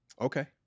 Okay